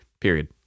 Period